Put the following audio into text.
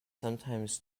sometimes